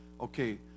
okay